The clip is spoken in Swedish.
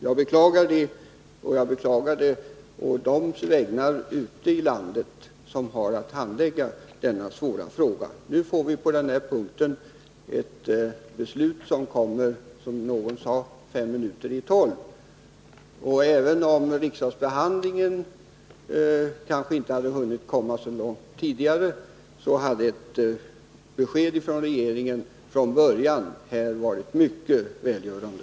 Jag beklagar denna fördröjning, å deras vägnar som ute i landet har att handlägga de svåra frågor som det gäller. Nu får vi på denna punkt ett beslut vilket kommer, som någon sade 5 minuter i 12. Även om riksdagsbehandlingen kanske inte hade hunnit komma så mycket tidigare, skulle ett besked från början från regeringen ha varit mycket välgörande.